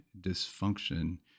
dysfunction